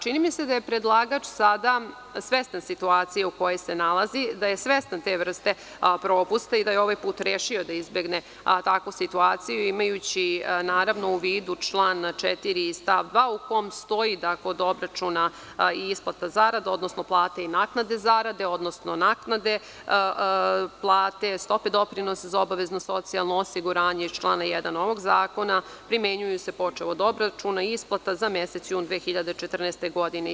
Čini mi se da je predlagač sada svestan situacije u kojoj se nalazi, da je svestan te vrste propusta i da je ovaj put rešio da izbegne takvu situaciju, imajući u vidu član 4. stav 2 u kom stoji da kod obračuna isplata zarada, odnosno isplate plata i naknade zarade, odnosno naknade plate, stope doprinosa za obavezno socijalno osiguranje iz člana 1. ovog zakona primenjuju se počev od obračuna i isplata za mesec jun 2014. godine.